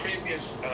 previous